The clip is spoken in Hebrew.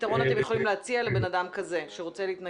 פתרון אתם יכולים להציע לאדם כזה שרוצה להתנגד?